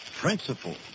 principle